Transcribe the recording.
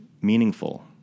meaningful